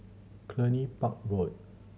Cluny Park Road